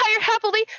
happily